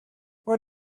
what